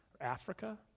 Africa